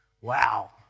Wow